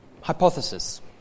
hypothesis